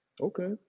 Okay